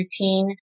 routine